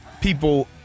people